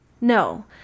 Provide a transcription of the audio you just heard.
No